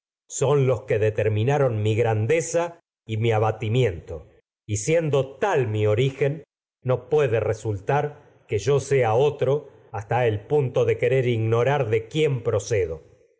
son determinaron mi grandeza tal mi y mi abatimiento y sea siendo hasta origen no puede resultar que yo otro el punto de querer ignorar de quién procedo